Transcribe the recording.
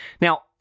Now